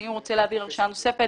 שאם הוא רוצה להעביר הרשאה נוספת